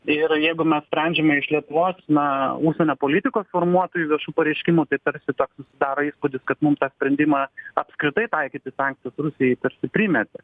ir jeigu mes sprendžiame iš lietuvos na užsienio politikos formuotojų viešų pareiškimų tai tarsi toks susidaro įspūdis kad mum tą sprendimą apskritai taikyti sankcijas rusijai tarsi primetė